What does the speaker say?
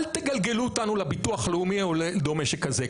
אל תגלגלו אותנו לביטוח הלאומי או דומה שכזה.